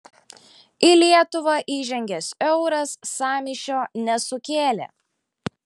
į lietuvą įžengęs euras sąmyšio nesukėlė